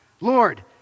Lord